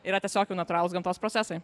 yra tiesiog jau natūralūs gamtos procesai